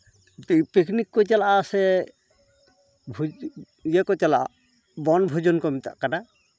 picnic ᱠᱚ ᱪᱟᱞᱟᱜᱼᱟ ᱥᱮ ᱤᱭᱟᱹ ᱠᱚ ᱪᱟᱞᱟᱜᱼᱟ ᱵᱚᱱ ᱵᱷᱳᱡᱚᱱ ᱠᱚ ᱢᱮᱛᱟᱜ ᱠᱟᱱᱟ